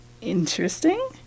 interesting